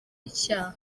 icyaha